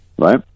right